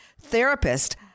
therapist